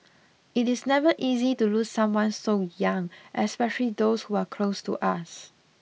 it is never easy to lose someone so young especially those who are close to us